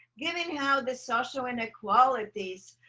given how the social inequalities,